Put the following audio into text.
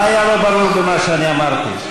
מה לא היה ברור במה שאני אמרתי?